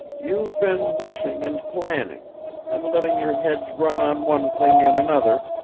you've been wishing and planning and letting your heads run on one thing and another,